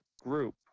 Group